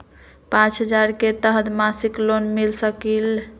पाँच हजार के तहत मासिक लोन मिल सकील?